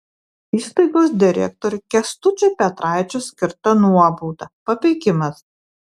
įstaigos direktoriui kęstučiui petraičiui skirta nuobauda papeikimas